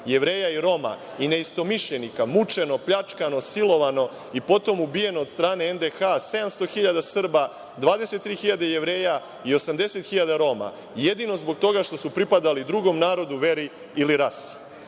Jevreja i Roma i neistomišljenika mučeno, pljačkano, silovano i potom ubijeno od strane NDH 700.000 Srba, 23.000 Jevreja i 80.000 Roma, jedino zbog toga što su pripadali drugom narodu, veri ili rasi.3)